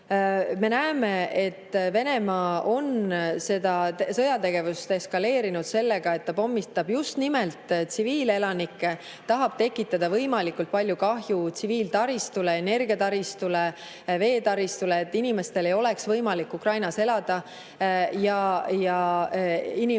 Me näeme, et Venemaa on seda sõjategevust eskaleerinud sellega, et ta pommitab just nimelt tsiviilelanikke, tahab tekitada võimalikult palju kahju tsiviiltaristule, energiataristule, veetaristule, et inimestel ei oleks võimalik Ukrainas elada ja et inimesed